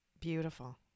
beautiful